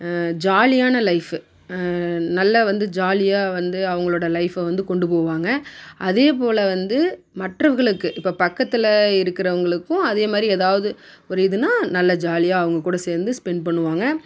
ஜாலியான லைஃப்பு நல்ல வந்து ஜாலியாக வந்து அவர்களோட லைஃப்பை வந்து கொண்டு போவாங்க அதே போல் வந்து மற்றவர்களுக்கு இப்போ பக்கத்தில் இருக்கிறவங்களுக்கும் அதே மாதிரி ஏதாவது ஒரு இதனா நல்ல ஜாலியாக அவங்க கூட சேர்ந்து ஸ்பென் பண்ணுவாங்க